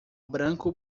branco